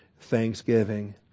thanksgiving